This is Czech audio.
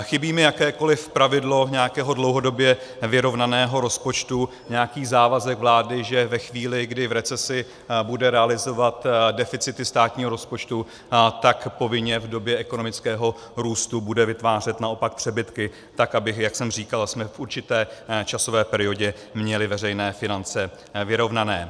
Chybí mi jakékoliv pravidlo nějakého dlouhodobě vyrovnaného rozpočtu, nějaký závazek vlády, že ve chvíli, kdy v recesi bude realizovat deficity státního rozpočtu, tak povinně v době ekonomického růstu bude vytvářet naopak přebytky tak, abychom, jak jsem říkal, v určité časové periodě měli veřejné finance vyrovnané.